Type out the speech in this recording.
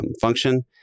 function